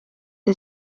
see